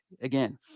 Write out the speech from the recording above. again